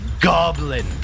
goblin